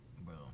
bro